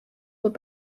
were